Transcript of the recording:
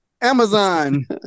Amazon